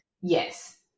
Yes